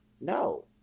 No